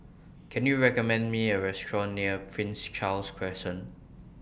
Can YOU recommend Me A Restaurant near Prince Charles Crescent